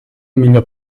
millor